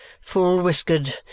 full-whiskered